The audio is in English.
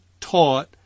taught